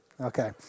Okay